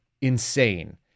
insane